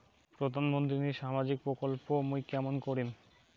প্রধান মন্ত্রীর সামাজিক প্রকল্প মুই কেমন করিম?